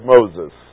Moses